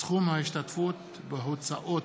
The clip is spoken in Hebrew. (סכום ההשתתפות בהוצאות